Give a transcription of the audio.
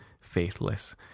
faithless